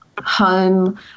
Home